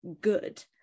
good